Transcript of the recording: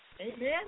Amen